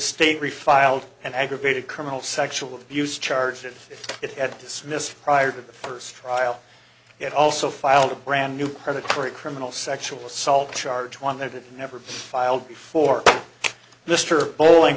state refiled and aggravated criminal sexual abuse charges it at dismissed prior to the first trial it also filed a brand new credit for a criminal sexual assault charge one that it never filed before mr bolling